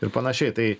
ir panašiai tai